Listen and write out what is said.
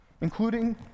including